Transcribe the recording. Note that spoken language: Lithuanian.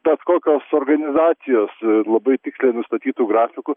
bet kokios organizacijos labai tiksliai nustatytu grafiku